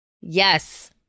Yes